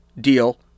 deal